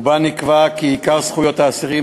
ונקבע בה כי עיקר זכויות האסירים